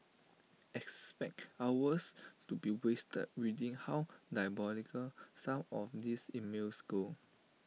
expect hours to be wasted reading how diabolical some of these emails go